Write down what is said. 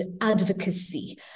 advocacy